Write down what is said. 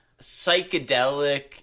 psychedelic